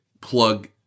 plug